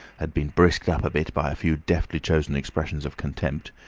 had been brisked up a bit by a few deftly chosen expressions of contempt,